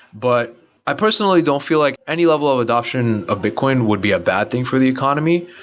but i personally don't feel like any level of adoption of bitcoin would be a bad thing for the economy.